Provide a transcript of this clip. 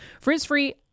Frizz-free